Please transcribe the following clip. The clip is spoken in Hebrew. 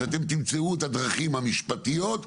עשינו הרבה דברים בזמן הקורונה,